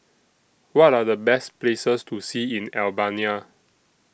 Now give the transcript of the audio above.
What Are The Best Places to See in Albania